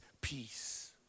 peace